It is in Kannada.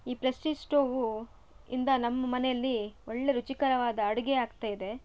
ಈ ಪ್ರೆಸ್ಟೀಜ್ ಸ್ಟೋವಿಂದ ನಮ್ಮ ಮನೆಯಲ್ಲಿ ಒಳ್ಳೆ ರುಚಿಕರವಾದ ಅಡುಗೆ ಆಗ್ತಯಿದೆ